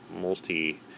multi